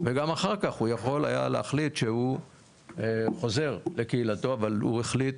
וגם אחר כך הוא יכול היה להחליט שהוא חוזר לקהילתו אבל הוא החליט